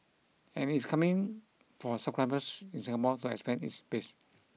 and it is coming for subscribers in Singapore to expand its base